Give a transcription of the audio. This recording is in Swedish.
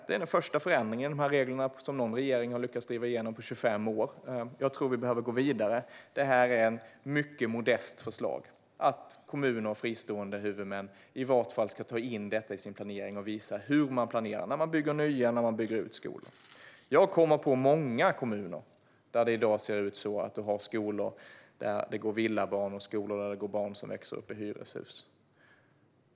Det är den första förändringen av reglerna som någon regering har lyckats driva igenom på 25 år, och jag tror att vi behöver gå vidare. Det är ett mycket modest förslag att kommuner och fristående huvudmän i vart fall ska ta in detta i sin planering och visa hur man planerar när man bygger nya eller bygger ut skolor. Jag kan komma på många kommuner där det i dag finns skolor där det går barn som bor i villor och barn som växer upp i hyreshus.